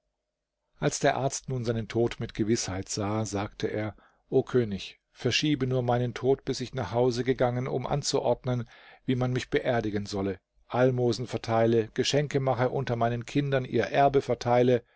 als der arzt nun seinen tod mit gewißheit sah sagte er o könig verschiebe nur meinen tod bis ich nach hause gegangen um anzuordnen wie man mich beerdigen solle almosen verteile geschenke mache unter meinen kindern ihr erbe verteile